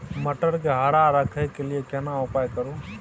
मटर के हरा रखय के लिए केना उपाय करू?